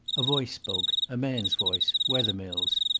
a voice spoke a man's voice wethermill's.